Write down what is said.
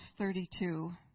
32